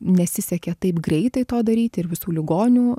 nesisekė taip greitai to daryti ir visų ligonių